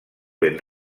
ben